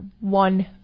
one